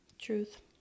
Truth